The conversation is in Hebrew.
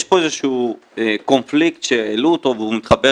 יש פה איזשהו קונפליקט שהעלו אותו והוא מתחבר